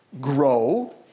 grow